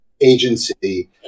agency